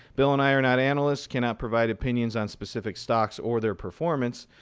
bill and i are not analysts, cannot provide opinions on specific stocks or their performance.